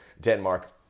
Denmark